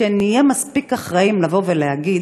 שנהיה מספיק אחראיים לבוא ולהגיד: